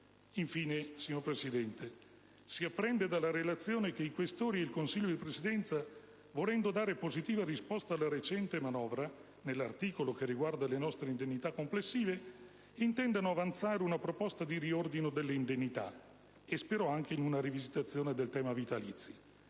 Infine, signora Presidente, si apprende dalla relazione che i Questori e il Consiglio di Presidenza, volendo dare positiva risposta alla recente manovra nell'articolo che riguarda le nostre indennità complessive, intendono avanzare una proposta di riordino delle indennità, e spero anche in una rivisitazione del tema vitalizi.